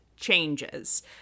changes